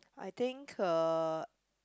I think her